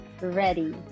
Ready